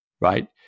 right